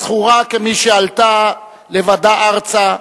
זכורה כמי שעלתה לבדה ארצה,